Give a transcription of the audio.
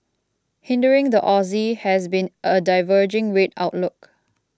hindering the Aussie has been a diverging rate outlook